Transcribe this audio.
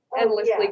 endlessly